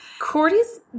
Cordy's